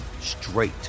straight